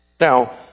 Now